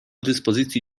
dyspozycji